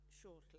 shortly